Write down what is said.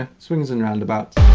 ah swings and roundabouts.